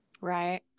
Right